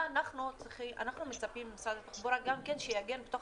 אנחנו מצפים ממשרד התחבורה גם כן שיעגן בתוך